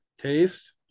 taste